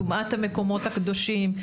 טומאת המקומות הקדושים,